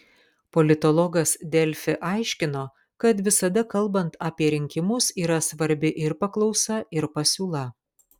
politologas delfi aiškino kad visada kalbant apie rinkimus yra svarbi ir paklausa ir pasiūla